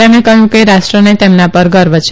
તેમણે કહ્યું હતું કે રાષ્ટ્રને તેમના પર ગર્વ છે